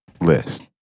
list